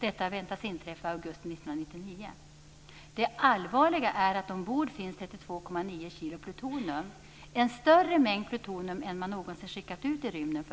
Detta väntas inträffa i augusti 1999. Det allvarliga är att ombord finns 32,9 kg plutonium, en större mängd plutonium än man någonsin skickat ut i rymden.